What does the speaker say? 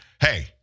hey